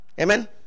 Amen